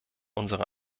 unsere